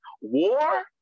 war